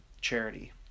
charity